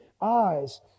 eyes